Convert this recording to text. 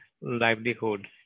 livelihood